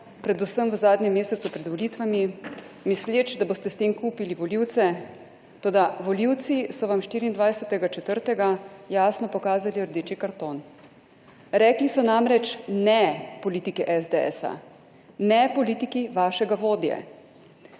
predvsem v zadnjem mesecu pred volitvami, misleč, da boste s tem kupili volivce, toda volivci so vam 24. 4. jasno pokazali rdeči karton. Rekli so namreč ne politike SDS, ne politiki vašega vodje.